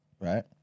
right